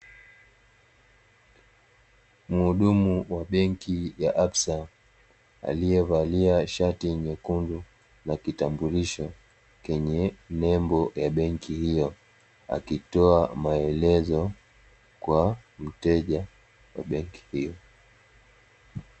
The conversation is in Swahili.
Muhudumu wa benki la(ABSA) aliyevalia shati nyekundu na kitambulisho chenye nembo ya benki hiyo, akitioa maelezo kwa mteja wa benki hiyo.